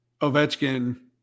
Ovechkin